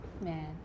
man